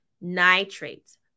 nitrates